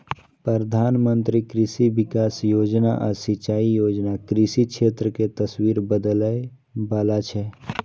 प्रधानमंत्री कृषि विकास योजना आ सिंचाई योजना कृषि क्षेत्र के तस्वीर बदलै बला छै